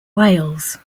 wales